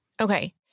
Okay